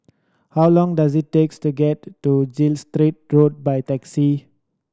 how long does it takes to get to Gilstead Road by taxi